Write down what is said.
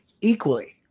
equally